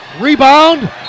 Rebound